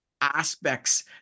aspects